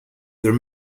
there